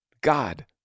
God